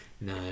no